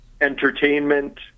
entertainment